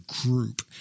group